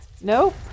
no